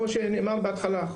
כמו שנאמר בהתחלה,